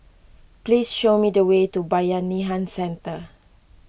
please show me the way to Bayanihan Centre